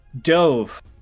dove